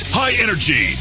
high-energy